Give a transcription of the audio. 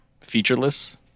featureless